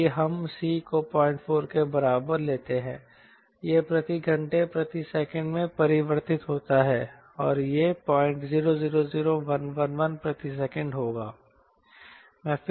इसलिए हम C को 04 के बराबर लेते हैं यह प्रति घंटे प्रति सेकंड में परिवर्तित होता है और यह 0000111 प्रति सेकंड होगा